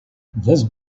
this